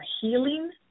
healing